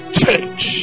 change